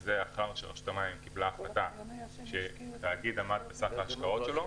וזה אחרי שהרשות קיבלה החלטה שהתאגיד עמד בסך ההשקעות שלו,